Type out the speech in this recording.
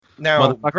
Now